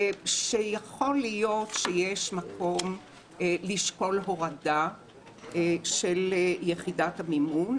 שיכול להיות שיש מקום לשקול הורדה של יחידת המימון,